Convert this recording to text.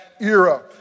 era